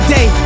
Day